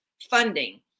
funding